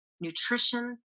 nutrition